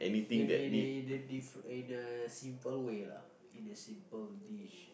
in the in the in the differe~ simple way lah in a simple dish